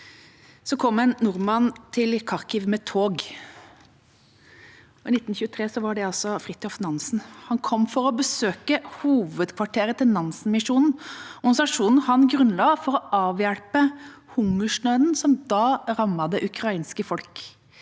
kom en nordmann til Kharkiv med tog. Det var Fridtjof Nansen. Han kom for å besøke hovedkvarteret til Nansen-misjonen, organisasjonen han grunnla for å avhjelpe hungersnøden som da rammet det ukrainske folk.